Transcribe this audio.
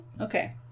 Okay